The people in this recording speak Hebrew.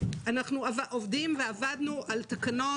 אנחנו עובדים ועבדנו על תקנות.